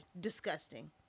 Disgusting